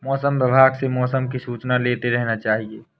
मौसम विभाग से मौसम की सूचना लेते रहना चाहिये?